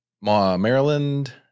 Maryland